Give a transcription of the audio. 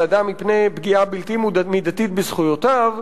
אדם מפני פגיעה בלתי מידתית בזכויותיו,